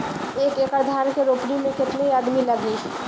एक एकड़ धान के रोपनी मै कितनी आदमी लगीह?